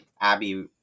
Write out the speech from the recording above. Abby